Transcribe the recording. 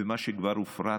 ומה שכבר הופרט,